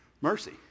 mercy